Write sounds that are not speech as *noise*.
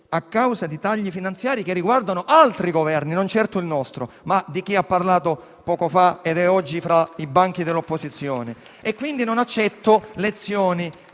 a causa di tagli finanziari che riguardano altri Governi, non certo il nostro, ma di chi ha parlato poco fa ed è oggi fra i banchi dell'opposizione. *applause* Quindi non accetto lezioni